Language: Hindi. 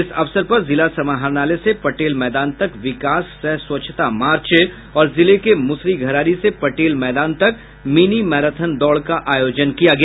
इस अवसर पर जिला समाहरणालय से पटेल मैदान तक विकास सह स्वच्छता मार्च और जिले के मुसरीघरारी से पटेल मैदान तक मिनी मैराथन दौड़ का आयोजन किया गया